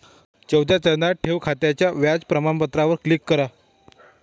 चौथ्या चरणात, ठेव खात्याच्या व्याज प्रमाणपत्रावर क्लिक करा